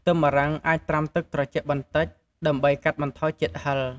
ខ្ទឹមបារាំងអាចត្រាំទឹកត្រជាក់បន្តិច ដើម្បីកាត់បន្ថយជាតិហឹរ។